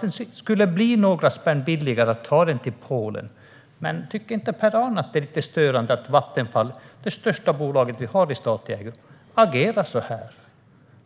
det skulle bli några spänn billigare att ta denna verksamhet till Polen, tycker inte Per-Arne Håkansson att det är lite störande att Vattenfall - det största bolag som vi har i statlig ägo - agerar så här?